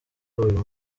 uyu